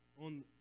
on